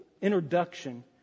introduction